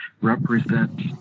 represent